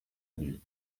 lui